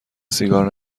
سیگار